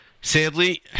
sadly